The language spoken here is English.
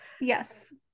yes